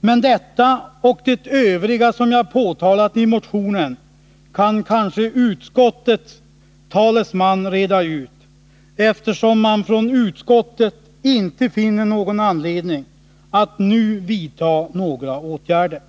Men detta och det övriga som jag påtalat i motionen kan kanske utskottets talesman reda ut, eftersom man från utskottet inte finner någon anledning att nu vidta några åtgärder.